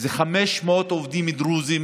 500 עובדים הם דרוזים